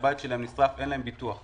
שהבית שלהם נשרף ואין להם ביטוח.